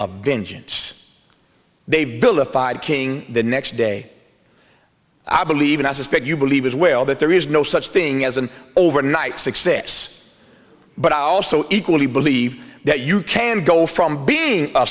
a vengeance they built a fire king the next day i believe and i suspect you believe as well that there is no such thing as an overnight success but i also equally believe that you can go from being a